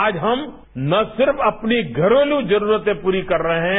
आज हम न सिर्फ हम अपनी घरेलू जरूरते पूरी कर रहे हैं